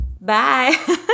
Bye